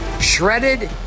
shredded